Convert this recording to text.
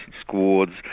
squads